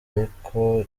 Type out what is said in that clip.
ariko